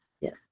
Yes